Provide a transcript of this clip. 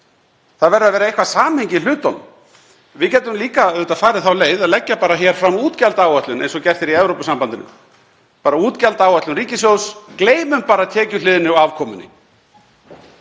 Það verður að vera eitthvert samhengi í hlutunum. Við getum líka farið þá leið að leggja bara fram útgjaldaáætlun eins og gert er í Evrópusambandinu. Hér er útgjaldaáætlun ríkissjóðs, gleymum bara tekjuhliðinni og afkomunni.